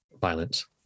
violence